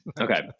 okay